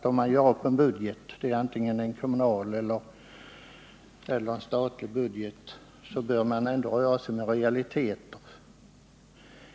Om man gör upp en budget, antingen det är en kommunal eller statlig, bör man röra sig med realiteter.